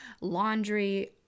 laundry